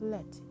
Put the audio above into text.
Let